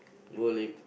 go Lepak